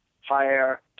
higher